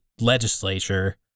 legislature